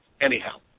anyhow